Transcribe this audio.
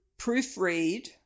proofread